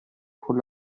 con